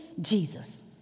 Jesus